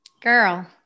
Girl